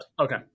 Okay